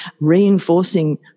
reinforcing